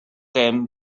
them